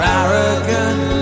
arrogant